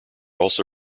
also